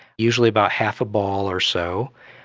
usually about half a ball or so,